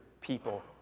people